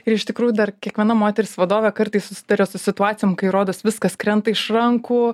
ir iš tikrųjų dar kiekviena moteris vadovė kartais susiduria su situacijom kai rodos viskas krenta iš rankų